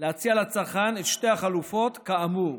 להציע לצרכן את שתי החלופות כאמור.